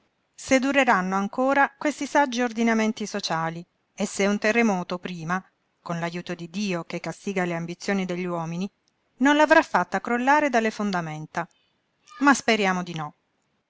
prefettessa se dureranno ancora questi saggi ordinamenti sociali e se un terremoto prima con l'ajuto di dio che castiga le ambizioni degli uomini non l'avrà fatta crollare dalle fondamenta ma speriamo di no